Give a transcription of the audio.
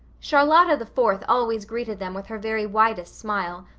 charlotta the fourth always greeted them with her very widest smile.